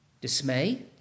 Dismay